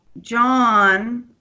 John